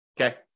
Okay